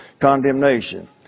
condemnation